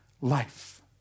life